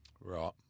Right